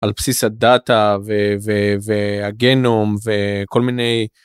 על בסיס הדאטה והגנום וכל מיני.